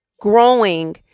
growing